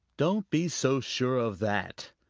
don't be so sure of that.